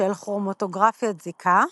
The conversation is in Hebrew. של כרומטוגרפית זיקה,